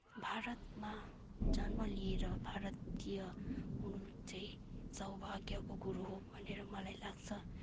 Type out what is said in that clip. भारतमा जन्म लिएर भारतीय हुनु चाहिँ सौभाग्यको कुरो हो भनेर मलाई लाग्छ